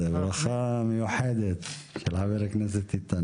זו ברכה מיוחדת, של חבר הכנסת איתן.